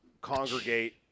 congregate